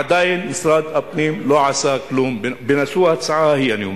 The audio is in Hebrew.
עדיין משרד הפנים לא עשה כלום בעניין ההצעה ההיא.